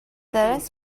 last